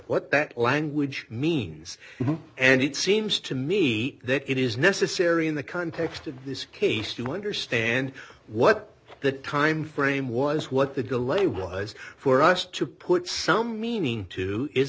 what that language means and it seems to me that it is necessary in the context of this case to understand what the timeframe was what the delay was for us to put some meaning to is